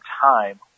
time